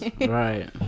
Right